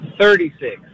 Thirty-six